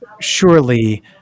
surely